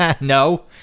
no